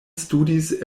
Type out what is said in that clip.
studis